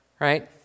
right